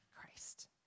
Christ